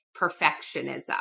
perfectionism